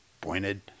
pointed